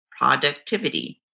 productivity